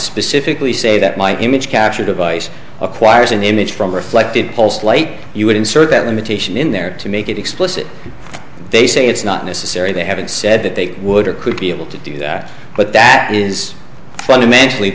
specifically say that my image capture device acquires an image from reflected pulse light you would insert that imitation in there to make it explicit they say it's not necessary they haven't said that they would or could be able to do that but that is fundamentally